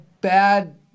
bad